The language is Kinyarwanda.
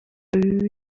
biba